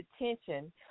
attention